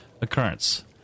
occurrence